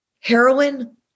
heroin